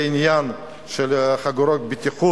אם משטרת ישראל מכירה את העניין של חגורות בטיחות,